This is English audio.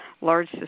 large